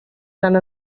tant